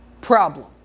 problem